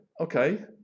Okay